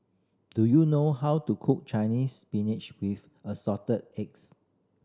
do you know how to cook Chinese Spinach with Assorted Eggs